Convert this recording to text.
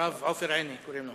הרב עופר עיני, קוראים לו.